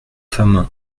femme